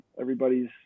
everybody's